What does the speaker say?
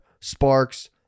sparks